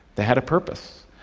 they had a purpose,